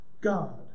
God